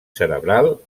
cerebral